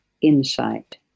insight